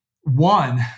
one